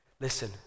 Listen